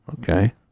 okay